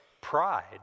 Pride